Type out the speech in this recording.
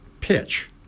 pitch